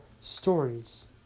stories